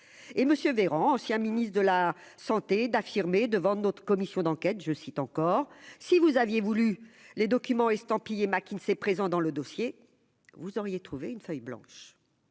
Véran, ancien ministre de la Santé d'affirmer devant notre commission d'enquête, je cite encore : si vous aviez voulu les documents estampillés McKinsey, présent dans le dossier, vous auriez trouvé une feuille blanche,